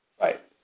Right